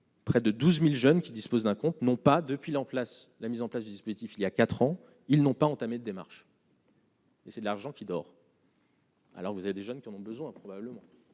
Près de 12000 jeunes qui dispose d'un compte non pas depuis la place, la mise en place du dispositif, il y a 4 ans, ils n'ont pas entamé de démarche. C'est de l'argent qui dort. Alors vous avez des jeunes qui en ont besoin, a probablement